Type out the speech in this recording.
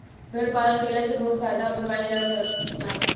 भेड़ पालन कईला से बहुत फायदा कमाईल जा जाला